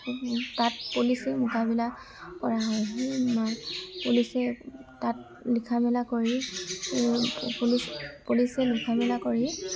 তাত পুলিচে মকামিলা কৰা হয় সেই পুলিচেই তাত লিখা মেলা কৰি পুলিচ পুলিচেই লিখা মেলা কৰি